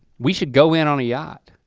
we should go in on a yacht.